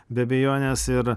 be abejonės ir